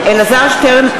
(קוראת בשמות חברי הכנסת) אלעזר שטרן,